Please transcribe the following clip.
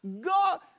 God